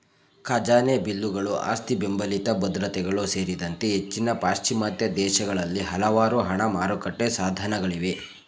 ಖಜಾನೆ ಬಿಲ್ಲುಗಳು ಆಸ್ತಿಬೆಂಬಲಿತ ಭದ್ರತೆಗಳು ಸೇರಿದಂತೆ ಹೆಚ್ಚಿನ ಪಾಶ್ಚಿಮಾತ್ಯ ದೇಶಗಳಲ್ಲಿ ಹಲವಾರು ಹಣ ಮಾರುಕಟ್ಟೆ ಸಾಧನಗಳಿವೆ